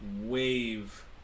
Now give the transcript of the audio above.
wave